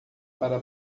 para